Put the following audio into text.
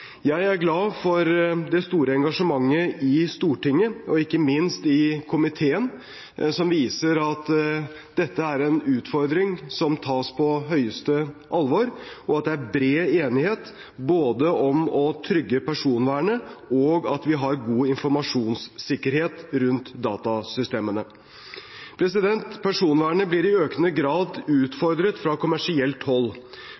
Jeg er glad for det store engasjementet i Stortinget, og ikke minst i komiteen, som viser at dette er en utfordring som tas på største alvor, og at det er bred enighet om både å trygge personvernet og at vi har god informasjonssikkerhet rundt datasystemene. Personvernet blir i økende grad